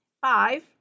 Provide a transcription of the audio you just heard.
Five